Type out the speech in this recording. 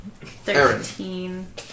Thirteen